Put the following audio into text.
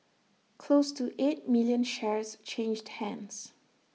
close to eight million shares changed hands